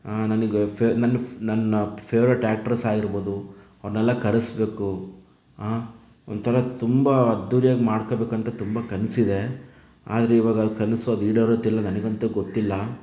ನನಗೆ ಫೇವ ನನ್ ಫೇ ನನ್ನ ಫೇವ್ರೈಟ್ ಆಕ್ಟ್ರಸ್ ಆಗಿರ್ಬೋದು ಅವರನ್ನೆಲ್ಲ ಕರೆಸಬೇಕು ಒಂಥರ ತುಂಬ ಅದ್ದೂರಿಯಾಗಿ ಮಾಡಬೇಕು ಅಂತ ತುಂಬ ಕನಸಿದೆ ಆದರೆ ಈವಾಗ ಆ ಕನಸು ಅದು ಈಡೇರತ್ತೋ ಇಲ್ಲವೋ ನನಗಂತೂ ಗೊತ್ತಿಲ್ಲ